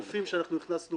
בכל זאת,